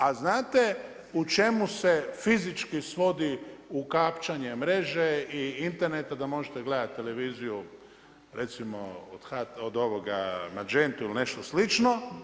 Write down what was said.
A znate u čemu se fizički svodi ukapčanje mreže i interneta da možete gledati televiziju recimo od Magenta ili nešto slično?